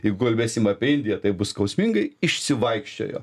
jeigu kalbėsim apie indiją tai bus skausmingai išsivaikščiojo